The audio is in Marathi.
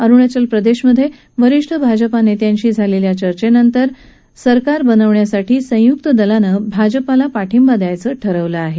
अरुणाचल प्रदेशात वरीष्ठ भाजपा नेत्यांशी झालेल्या चर्चेनंतर सरकार बनवण्यासाठी संयुक्त जनता दलानं भाजपाला पाठिंबा द्यायचं ठरवलं आहे